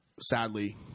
sadly